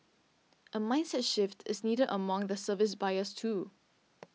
a mindset shift is needed among the service buyers too